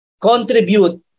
contribute